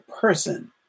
person